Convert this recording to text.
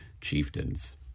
chieftains